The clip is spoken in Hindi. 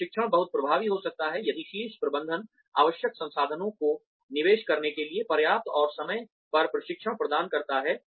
प्रशिक्षण बहुत प्रभावी हो सकता है यदि शीर्ष प्रबंधन आवश्यक संसाधनों को निवेश करने के लिए पर्याप्त और समय पर प्रशिक्षण प्रदान करता है